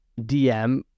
DM